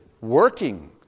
working